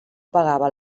pagava